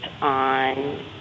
on